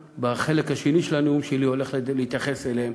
ובחלק השני של הנאום שלי אני הולך להתייחס אליהם,